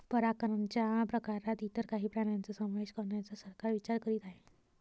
परागकणच्या प्रकारात इतर काही प्राण्यांचा समावेश करण्याचा सरकार विचार करीत आहे